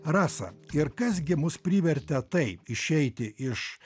rasa ir kas gi mus privertė taip išeiti iš